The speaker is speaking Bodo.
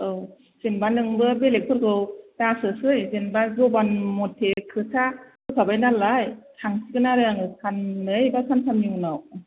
औ जेनबा नोंबो बेलेगफोरखौ दासोसै जेनबा जबान मथे खोथा होखाबायनालाय थांसिगोन आरो आङो सान्नै बा सान्थामनि उनाव